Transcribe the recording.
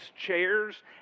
chairs